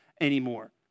anymore